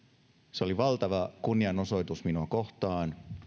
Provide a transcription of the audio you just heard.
se oli valtava kunnianosoitus minua kohtaan